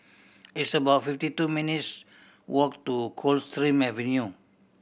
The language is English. it's about fifty two minutes' walk to Coldstream Avenue